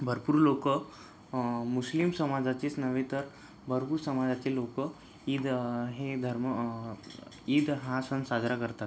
भरपूर लोक मुस्लीम समाजाचीच नव्हे तर भरपूर समाजाची लोक ईद हे धर्म ईद हा सण साजरा करतात